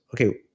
okay